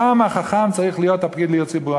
כמה חכם צריך להיות הפקיד לפניות ציבור?